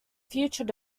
future